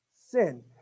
sin